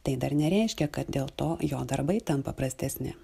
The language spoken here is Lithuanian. tai dar nereiškia kad dėl to jo darbai tampa prastesni